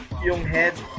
your head.